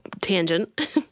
tangent